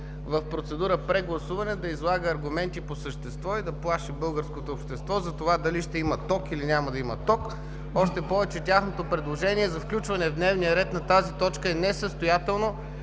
в процедура по прегласуване да излага аргументи по същество и да плаши българското общество за това дали ще има ток, или няма да има ток. Още повече, че тяхното предложение за включване на тази точка в дневния